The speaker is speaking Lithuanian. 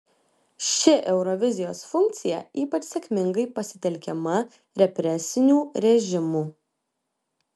ši eurovizijos funkcija ypač sėkmingai pasitelkiama represinių režimų